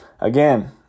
again